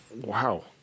Wow